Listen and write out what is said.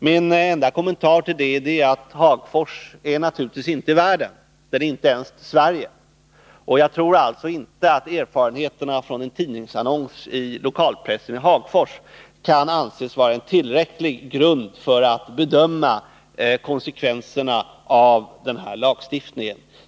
Min enda kommentar till det är att Hagfors naturligtvis inte är världen, det är inte ens Sverige. Jag tror alltså inte att erfarenheterna från en tidningsannons i lokalpressen i Hagfors kan anses vara tillräcklig grund för att bedöma konsekvenserna av denna lagstiftning.